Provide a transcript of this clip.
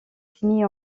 signé